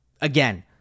Again